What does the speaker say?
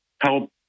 help